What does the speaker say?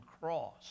cross